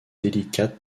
délicates